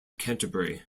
canterbury